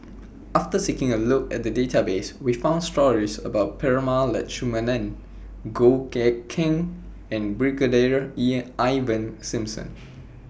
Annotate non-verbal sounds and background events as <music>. after taking A Look At The Database We found stories about Prema Letchumanan Goh Eck Kheng and Brigadier <unintelligible> Ivan Simson